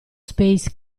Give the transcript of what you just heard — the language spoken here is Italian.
space